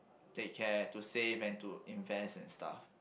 take care to save and to invest and stuff